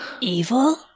Evil